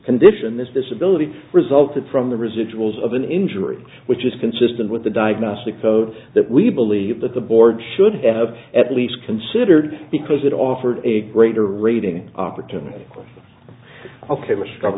condition this disability resulted from the residuals of an injury which is consistent with the diagnostic code that we believe that the board should have at least considered because it offered a greater rating opportunity o